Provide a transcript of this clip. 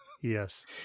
Yes